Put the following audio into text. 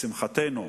לשמחתנו,